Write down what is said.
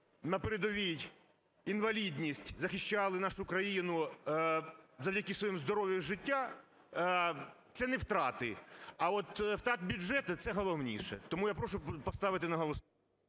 на передовій інвалідність, захищали нашу країну завдяки своєму здоров'ю і життя – це не втрати, а от втрати бюджету – це головніше. Тому я прошу поставити на голосування.